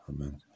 Amen